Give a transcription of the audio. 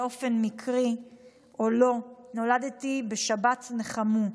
באופן מקרי או לא, נולדתי בשבת 'נחמו'